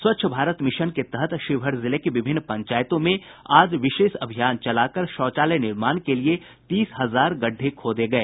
स्वच्छ भारत मिशन के तहत शिवहर जिले के विभिन्न पंचायतों में आज विशेष अभियान चला कर शौचालय निर्माण के लिए तीस हजार गड्ढे खोदे गए